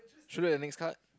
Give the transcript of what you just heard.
should have next cart